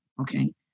Okay